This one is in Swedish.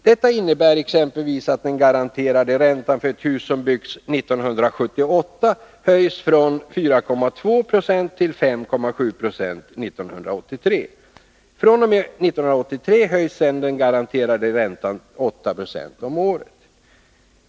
Detta innebär exempelvis att den garanterade räntan för ett hus som byggts 1978 höjs från 4,5 96 till 5,0 96 1983. fr.o.m. 1983 höjs den garanterade räntan 8 76 om året såsom för nya hus.